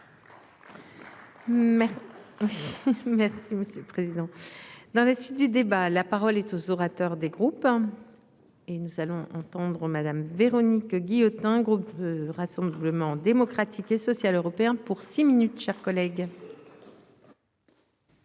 Merci Monsieur le Président. Dans la suite du débat. La parole est aux orateurs des groupes. Et nous allons entendre Madame Véronique Guillotin groupe Rassemblement démocratique et social européen pour six minutes, chers collègues.